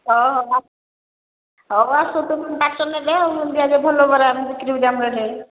ହଁ ହଉ ଆସନ୍ତୁ ବରା ତ ନେବେ ଭଲ ବରା ବିକ୍ରି ହେଉଛି ଆମର ଏଠି